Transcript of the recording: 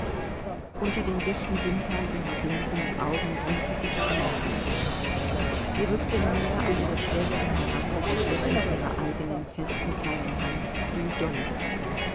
unter den dichten wimpern ihrer glänzenden augen drängten sich tränen hervor sie rückte näher an ihre schwägerin heran und ergriff mit ihrer eigenen festen kleinen hand die dollys